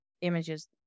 images